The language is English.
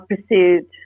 pursued